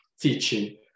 teaching